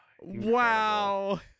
wow